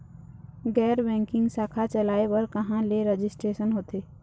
गैर बैंकिंग शाखा चलाए बर कहां ले रजिस्ट्रेशन होथे?